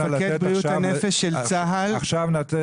מפקד בריאות הנפש של צה"ל --- אתה דיברת,